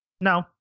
No